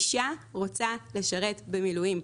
אישה רוצה לשרת במילואים,